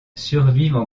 survivent